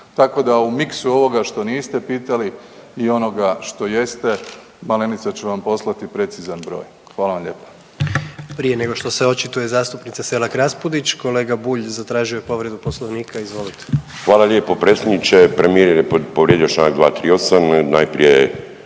Tako da u miksu ovoga što niste pitali i onoga što jeste, Malenica će vam poslati precizan broj. Hvala vam lijepa. **Jandroković, Gordan (HDZ)** Prije nego što se očituje zastupnica Selak Raspudić kolega Bulj zatražio je povredu Poslovnika. Izvolite. **Bulj, Miro (MOST)** Hvala lijepo predsjedniče. Premijer je povrijedio čl. 238. najprije